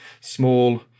small